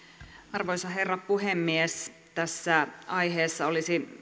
arvoisa herra puhemies tässä aiheessa olisi